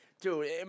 Dude